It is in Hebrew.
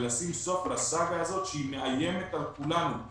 ולשים סוף לסאגה הזאת שהיא מאיימת על כולנו.